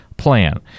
plan